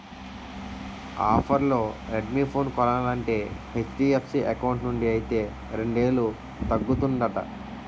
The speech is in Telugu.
ఆఫర్లో రెడ్మీ ఫోను కొనాలంటే హెచ్.డి.ఎఫ్.సి ఎకౌంటు నుండి అయితే రెండేలు తగ్గుతుందట